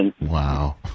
Wow